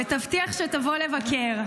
ותבטיח שתבוא לבקר.